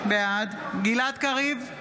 בעד גלעד קריב,